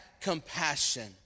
compassion